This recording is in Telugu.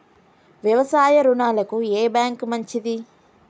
వ్యవసాయ రుణాలకు ఏ బ్యాంక్ మంచిది?